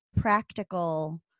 practical